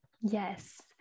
Yes